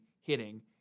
hitting